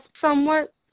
somewhat